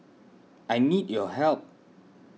I need your help